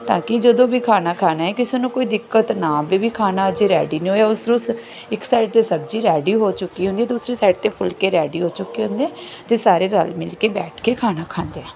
ਤਾਂ ਕਿ ਜਦੋਂ ਵੀ ਖਾਣਾ ਖਾਣਾ ਏ ਕਿਸੇ ਨੂੰ ਕੋਈ ਦਿੱਕਤ ਨਾ ਆਵੇ ਵੀ ਖਾਣਾ ਅਜੇ ਰੈਡੀ ਨੀ ਹੋਇਆ ਉਸ ਨੂੰ ਸ ਇੱਕ ਸਾਈਡ 'ਤੇ ਸਬਜੀ ਰੈਡੀ ਹੋ ਚੁੱਕੀ ਹੁੰਦੀ ਦੂਸਰੀ ਸਾਈਡ 'ਤੇ ਫੁਲਕੇ ਰੈਡੀ ਹੋ ਚੁੱਕੇ ਹੁੰਦੇ ਅਤੇ ਸਾਰੇ ਰਲ ਮਿਲ ਕੇ ਬੈਠ ਕੇ ਖਾਣਾ ਖਾਂਦੇ ਆ